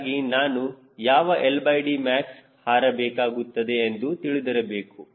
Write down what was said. ಹೀಗಾಗಿ ನಾನು ಯಾವ LDmax ಹಾರಬೇಕಾಗುತ್ತದೆ ಎಂದು ತಿಳಿದಿರಬೇಕು